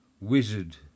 wizard